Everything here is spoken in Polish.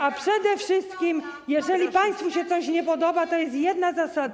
A przede wszystkim, jeżeli państwu się coś nie podoba, to jest jedna zasada.